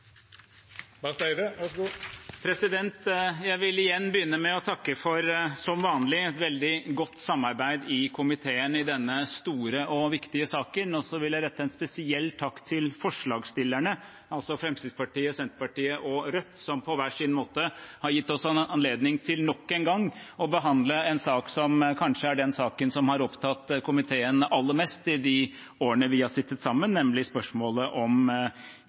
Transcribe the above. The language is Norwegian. i komiteen i denne store og viktige saken. Jeg vil rette en spesiell takk til forslagsstillerne – Fremskrittspartiet, Senterpartiet og Rødt – som på hver sin måte har gitt oss anledning til nok en gang å behandle en sak som kanskje er den saken som har opptatt komiteen aller mest i de årene vi har sittet sammen, nemlig spørsmålet om